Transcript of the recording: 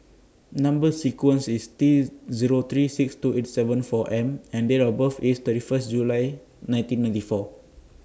Number sequence IS T Zero three six two eight seven four M and Date of birth IS thirty First July nineteen ninety four